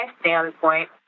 standpoint